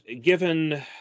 given